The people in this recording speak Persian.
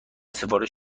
سفارش